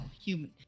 Human